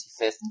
25th